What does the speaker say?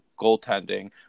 goaltending